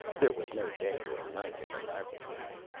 there was no day or night in the laboratories.